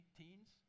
teens